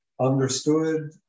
understood